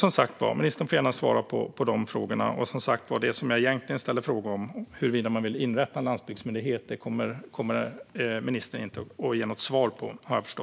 Ministern får gärna svara på de här frågorna. Det som jag egentligen ställde en fråga om - huruvida man vill inrätta en landsbygdsmyndighet - har jag förstått att ministern inte kommer att ge något svar på.